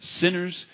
sinners